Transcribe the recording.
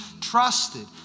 trusted